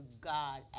God